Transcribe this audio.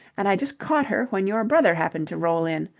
and i'd just caught her when your brother happened to roll in.